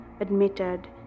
admitted